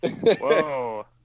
Whoa